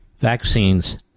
vaccines